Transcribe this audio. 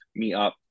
meetup